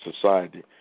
society